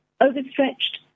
Overstretched